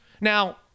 Now